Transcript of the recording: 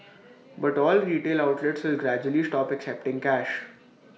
but all retail outlets will gradually stop accepting cash